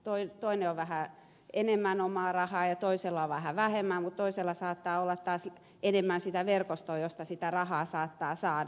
toisella on vähän enemmän omaa rahaa ja toisella on vähän vähemmän mutta toisella saattaa olla taas enemmän sitä verkostoa josta sitä rahaa saattaa saada